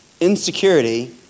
Insecurity